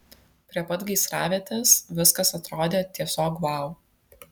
prie pat gaisravietės viskas atrodė tiesiog vau